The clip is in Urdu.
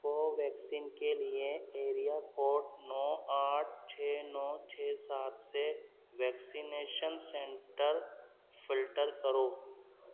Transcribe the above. کوویکسین کے لیے ایریا کوڈ نو آٹھ چھ نو چھ سات سے ویکسینیشن سنٹر فلٹر کرو